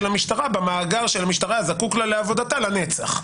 המשטרה במאגר שהמשטרה זקוקה לו לעבודתה לנצח.